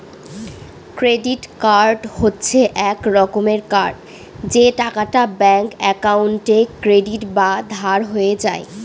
credit card হচ্ছে এক রকমের কার্ড যে টাকাটা ব্যাঙ্ক একাউন্টে ক্রেডিট বা ধার হয়ে যায়